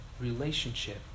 relationship